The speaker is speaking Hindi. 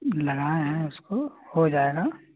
लगाएँ हैं उसको हो जायेगा